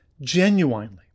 genuinely